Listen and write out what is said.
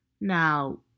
Now